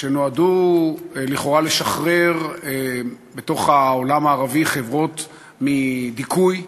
שנועדו לכאורה לשחרר בתוך העולם הערבי חברות מדיכוי,